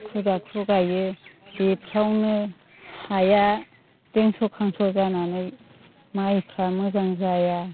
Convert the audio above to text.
हाखु दाखु गायो बेफ्रावनो हाया देंस' खांस' जानानै माइफ्रा मोजां जाया